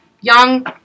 young